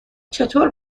چطور